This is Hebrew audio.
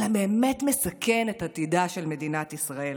אלא באמת מסכן את עתידה של מדינת ישראל.